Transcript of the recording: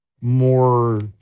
more